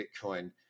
Bitcoin